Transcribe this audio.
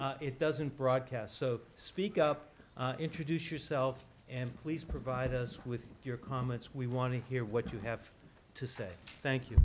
it doesn't broadcast so speak up introduce yourself and please provide us with your comments we want to hear what you have to say thank you